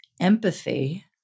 empathy